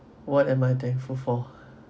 what am I thankful for